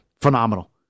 Phenomenal